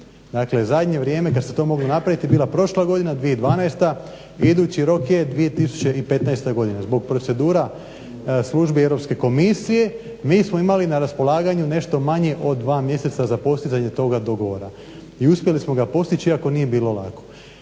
Dakle zadnje vrijeme kad se to moglo napraviti je bila prošla godina 2012. i idući rok je 2015. godina. Zbog procedura službi Europske komisije mi smo imali na raspolaganju nešto manje od dva mjeseca za postizanje toga dogovora i uspjeli smo ga postići iako nije bilo lako.